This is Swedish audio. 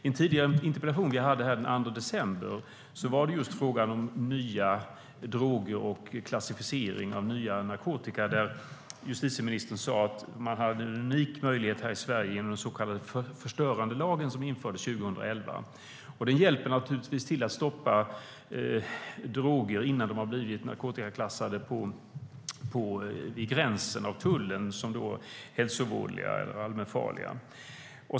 I en interpellation den 2 december gällde frågan nya droger och klassificering av nya narkotikapreparat. Justitieministern sa då att vi i Sverige har en unik möjlighet genom den så kallade förstörandelagen som infördes 2011. Den hjälper naturligtvis till genom att tullen vid gränsen kan stoppa droger innan de blivit narkotikaklassade som hälsovådliga eller allmänfarliga.